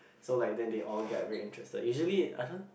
so like then they all get very interested usually I don't